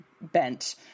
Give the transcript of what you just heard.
bent